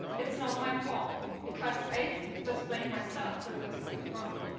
it's not my fault, because i just blamed myself for doing something wrong.